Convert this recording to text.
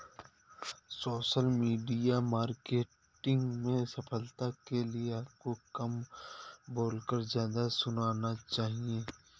social media marketing में सफलता के लिए आपको कम बोलकर ज्यादा सुनना चाहिए